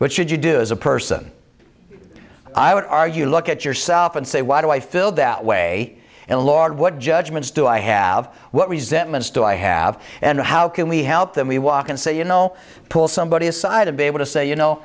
what should you do as a person i would argue look at yourself and say why do i feel that way and lord what judgments do i have what resentments do i have and how can we help them we walk and say you know pull somebody aside and be able to say you know